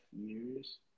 years